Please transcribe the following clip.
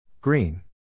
Green